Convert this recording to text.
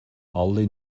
alle